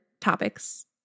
topics